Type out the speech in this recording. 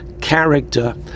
character